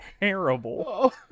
terrible